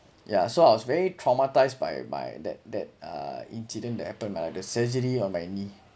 yeah so I was very traumatized by by that that uh incident that happen mah the surgery on my knee